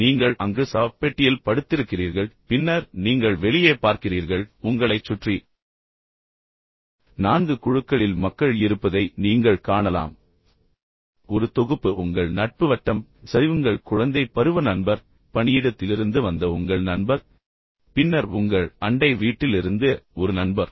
நீங்கள் அங்கு சவப்பெட்டியில் படுத்திருக்கிறீர்கள் பின்னர் நீங்கள் வெளியே பார்க்கிறீர்கள் பின்னர் உங்களைச் சுற்றி நான்கு குழுக்களில் மக்கள் இருப்பதை நீங்கள் காணலாம் ஒரு தொகுப்பு உங்கள் நட்பு வட்டம் சரி - உங்கள் குழந்தைப் பருவ நண்பர் பணியிடத்திலிருந்து வந்த உங்கள் நண்பர் பின்னர் உங்கள் அண்டை வீட்டிலிருந்து ஒரு நண்பர்